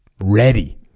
ready